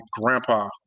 grandpa